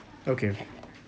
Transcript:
okay okay